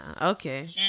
Okay